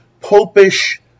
popish